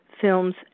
films